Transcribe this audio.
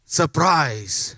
surprise